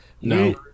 No